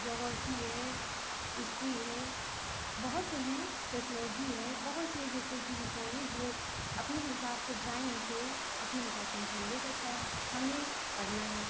geography है history है बहुत से हैं सोसलॉजी है बहुत से जैसे कि विषय हैं जो अपने हिसाब से ड्राइंग है अपने हिसाब से इंसान ले सकता है हमें पढ़ना है